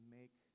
make